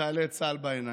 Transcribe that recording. לחיילי צה"ל בעיניים.